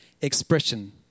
expression